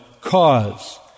cause